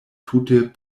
tute